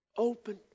Open